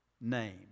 name